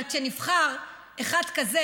אבל כשנבחר אחד כזה,